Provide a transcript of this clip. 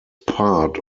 part